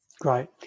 Great